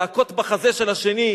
להכות על החזה של השני,